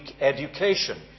education